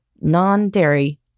Non-Dairy